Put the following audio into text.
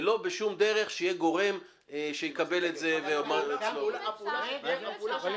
ולא בשום דרך שיהיה גורם שיקבל את זה- -- אבל הפעולה שתהיה